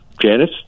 Janice